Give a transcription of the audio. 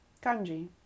Kanji